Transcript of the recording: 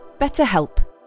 BetterHelp